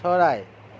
চৰাই